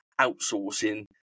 outsourcing